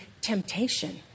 temptation